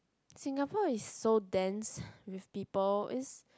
Singapore is so dense with people is